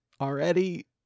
already